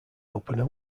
opener